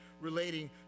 relating